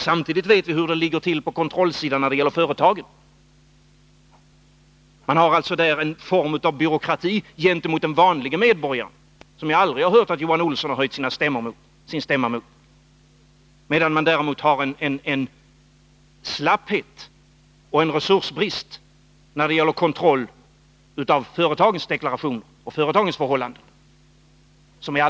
Samtidigt vet vi hur det ligger till beträffande kontrollen av företagen. Man har alltså där en form av byråkrati gentemot den vanlige medborgaren som jag aldrig har hört att Johan Olsson har höjt sin stämma mot. Däremot visar man orimlig slapphet och brist på resurser när det gäller kontroll av företagens deklarationer och förhållanden.